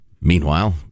Meanwhile